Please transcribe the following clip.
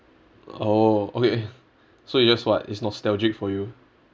oh okay so it's just what it's nostalgic for you